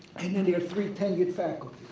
and then your three tenured faculties?